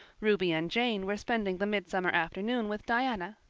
ruby and jane were spending the midsummer afternoon with diana,